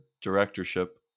directorship